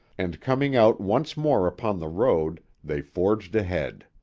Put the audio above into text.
and coming out once more upon the road, they forged ahead.